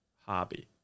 hobby